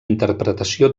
interpretació